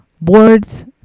boards